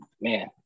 man